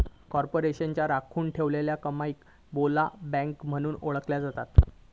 कॉर्पोरेशनच्या राखुन ठेवलेल्या कमाईक ब्लोबॅक म्हणून ओळखला जाता